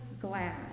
glad